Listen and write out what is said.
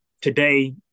today